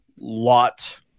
lot